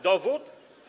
Dowód?